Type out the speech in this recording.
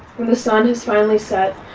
when the sun has finally set,